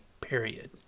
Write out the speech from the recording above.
period